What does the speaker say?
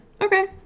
Okay